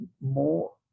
more